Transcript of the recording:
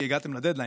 כי הגעתם לדדליין,